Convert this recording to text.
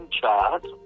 chart